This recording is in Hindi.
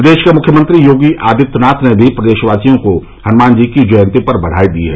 प्रदेश के मुख्यमंत्री योगी आदित्यनाथ ने भी प्रदेशवासियों को हनुमान जी की जयंती पर बधाई दी है